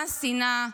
מה השנאה?